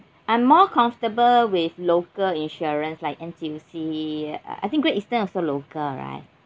I'm more comfortable with local insurance like N_T_U_C I think great eastern also local right